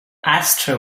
ashtray